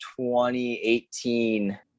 2018